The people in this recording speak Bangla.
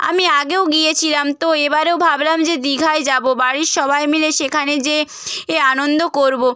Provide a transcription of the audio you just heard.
আমি আগেও গিয়েছিলাম তো এবারেও ভাবলাম যে দীঘাই যাব বাড়ির সবাই মিলে সেখানে যেয়ে এ আনন্দ করব